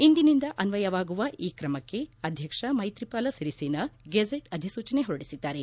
ಇಂದಿನಿಂದ ಅನ್ವಯವಾಗುವ ಈ ಕ್ರಮಕ್ಕೆ ಅಧ್ವಕ್ಷ ಮೈತ್ರಿಪಾಲ ಸಿರಿಸೇನಾ ಗೆಜೆಟ್ ಅಧಿಸೂಚನೆ ಹೊರಡಿಸಿದ್ದಾರೆ